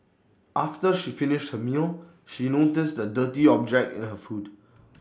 after she finished her meal she noticed A dirty object in her food